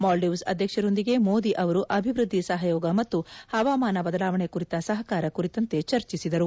ಮಾಲ್ಡೀವ್ಸ್ ಅಧ್ಯಕ್ಷರೊಂದಿಗೆ ಮೋದಿ ಅವರು ಅಭಿವೃದ್ದಿ ಸಹಯೋಗ ಮತ್ತು ಹವಾಮಾನ ಬದಲಾಣೆ ಕುರಿತ ಸಹಕಾರ ಕುರಿತಂತೆ ಚರ್ಚಿಸಿದರು